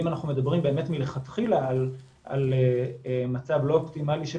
ואם אנחנו מדברים מלכתחילה על מצב לא אופטימלי של